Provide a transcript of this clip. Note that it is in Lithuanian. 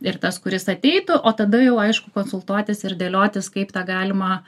ir tas kuris ateitų o tada jau aišku konsultuotis ir dėliotis kaip tą galima